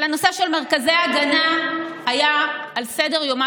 אבל הנושא של מרכזי הגנה היה על סדר-יומה